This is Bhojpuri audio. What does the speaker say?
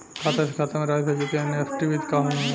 खाता से खाता में राशि भेजे के एन.ई.एफ.टी विधि का ह?